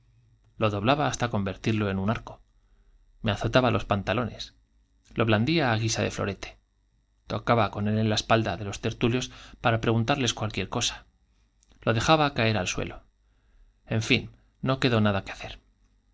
lo doblaba hasta convertirloen un arco me azotaba los pantalones lo blandía á guisa de florete tocaba con él en la espalda de los tertulios para preguntarles cualquier cosa lo dejaba caer al suelo en fin no quedó nada que hacer